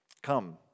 Come